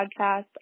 podcast